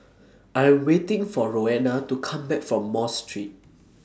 I Am waiting For Roena to Come Back from Mosque Street